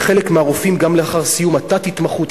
לחלק מהרופאים גם לאחר סיום התת-התמחות,